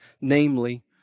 namely